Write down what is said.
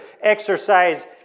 exercise